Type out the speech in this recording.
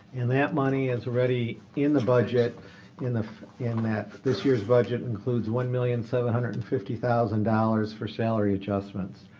and that money is already in the budget in ah in that this year's budget includes one million seven hundred and fifty thousand dollars for salary adjustments.